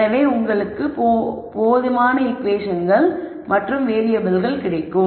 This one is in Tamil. எனவே உங்களிடம் போதுமான ஈகுவேஷன்கள் மற்றும் வேறியபிள்கள் இருக்கும்